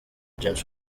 james